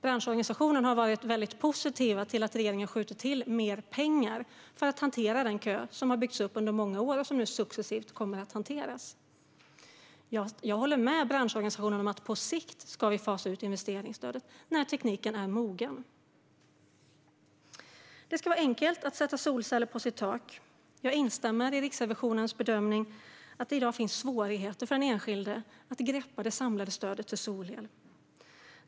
Branschorganisationerna har varit mycket positiva till att regeringen skjuter till mer pengar för att hantera den kö som har byggts upp under många år och som nu successivt kommer att hanteras. Jag håller med branschorganisationerna om att vi på sikt ska fasa ut investeringsstödet, när tekniken är mogen. Det ska vara enkelt att sätta solceller på sitt tak. Jag instämmer i Riksrevisionens bedömning att det i dag finns svårigheter för den enskilde att greppa det samlade stödet för solel.